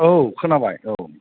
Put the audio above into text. औ खोनाबाय औ